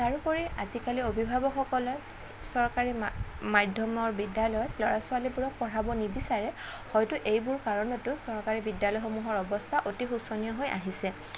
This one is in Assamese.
তাৰোপৰি আজিকালি অভিভাৱকসকলে চৰকাৰী মাধ্যমৰ বিদ্যালয়ত ল'ৰা ছোৱালীবোৰক পঢ়াঁব নিবিচাৰে হয়তো এইবোৰ কাৰণতো চৰকাৰী বিদ্যালয়সমূহৰ অৱস্থা অতি শোচনীয় হৈ আহিছে